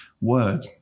word